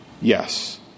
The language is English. Yes